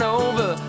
over